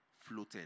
floated